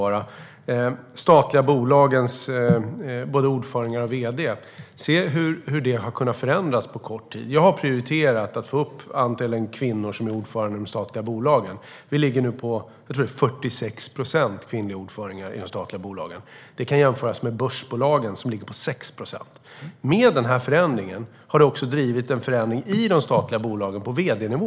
Man har till exempel kunnat se vilka förändringar som skett på kort tid vad gäller de statliga bolagens ordförande och vd:ar. Jag har prioriterat att få upp andelen kvinnor som är ordförande i de statliga bolagen. Vi ligger nu på 46 procent kvinnliga ordförande i de statliga bolagen. Det kan jämföras med börsbolagen som ligger på 6 procent. Med förändringen har det också drivit en förändring i de statliga bolagen på vd-nivå.